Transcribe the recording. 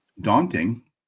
daunting